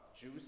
Jews